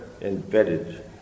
embedded